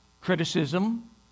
criticism